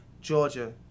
Georgia